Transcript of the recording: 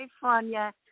California